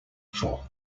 form